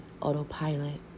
autopilot